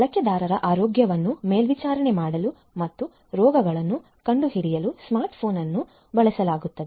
ಬಳಕೆದಾರರ ಆರೋಗ್ಯವನ್ನು ಮೇಲ್ವಿಚಾರಣೆ ಮಾಡಲು ಮತ್ತು ರೋಗಗಳನ್ನು ಕಂಡುಹಿಡಿಯಲು ಸ್ಮಾರ್ಟ್ ಫೋನ್ ಅನ್ನು ಬಳಸಲಾಗುತ್ತದೆ